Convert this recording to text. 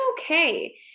Okay